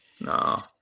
no